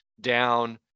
down